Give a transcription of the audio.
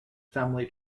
family